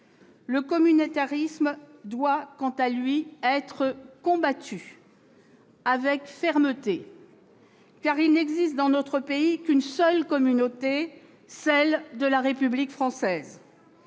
Le communautarisme, quant à lui, doit être combattu avec fermeté, car il n'existe dans notre pays qu'une seule communauté, celle de la République française,